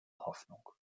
hoffnung